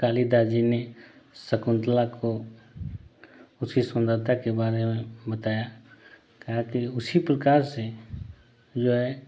कालिदास जी ने शकुन्तला को उसकी सुंदरता के बारे में बताया कहा कि उसी प्रकार से जो है